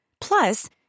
Plus